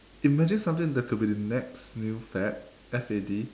imagine something that could be the next new fad F A D